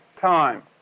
time